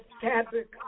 fabric